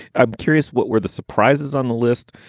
i'm curious, what were the surprises on the list?